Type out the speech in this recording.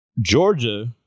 Georgia